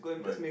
why